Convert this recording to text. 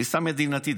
כתפיסה מדינתית,